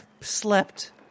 slept